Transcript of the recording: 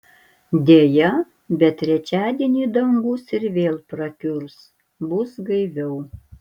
deja bet trečiadienį dangus ir vėl prakiurs bus gaiviau